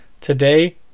Today